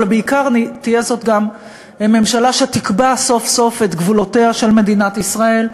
אבל בעיקר תהיה זאת גם ממשלה שתקבע סוף-סוף את גבולותיה של מדינת ישראל,